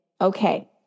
okay